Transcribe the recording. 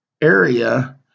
area